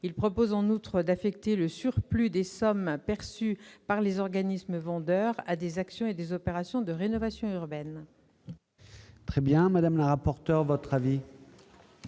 Il prévoit en outre d'affecter le surplus des sommes perçues par les organismes vendeurs à des actions et à des opérations de rénovation urbaine.